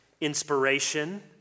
inspiration